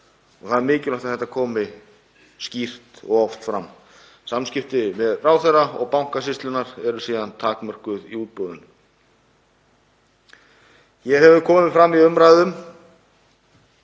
og það er mikilvægt að þetta komi skýrt og oft fram. Samskipti ráðherra og Bankasýslunnar eru síðan takmörkuð í útboðinu. Hér hefur komið fram í umræðum